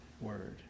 word